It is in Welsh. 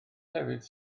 lefydd